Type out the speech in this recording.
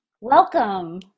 Welcome